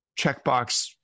checkbox